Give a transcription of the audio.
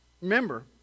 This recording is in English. Remember